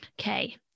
okay